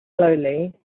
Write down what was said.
slowly